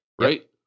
Right